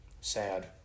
Sad